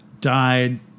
died